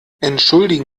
entschuldigen